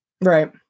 Right